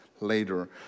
later